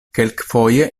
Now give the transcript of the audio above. kelkfoje